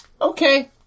Okay